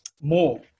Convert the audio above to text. more